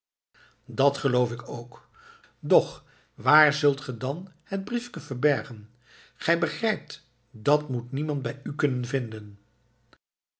dat geloof ik ook doch waar zult ge dan het briefke verbergen gij begrijpt dat moet niemand bij u kunnen vinden